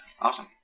Awesome